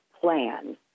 plan